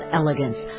elegance